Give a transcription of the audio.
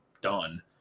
done